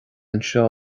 anseo